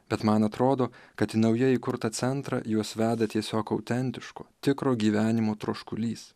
bet man atrodo kad į naujai įkurtą centrą juos veda tiesiog autentiško tikro gyvenimo troškulys